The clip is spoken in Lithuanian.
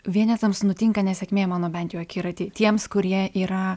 vienetams nutinka nesėkmė mano bent jų akiraty tiems kurie yra